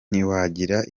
ntiwagira